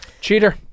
Cheater